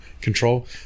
control